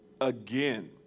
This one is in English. again